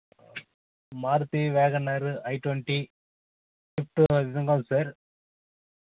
Maruti wagon R I twenty sir